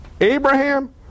Abraham